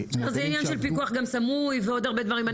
זה עניין של פיקוח גם סמוי ועוד הרבה דברים.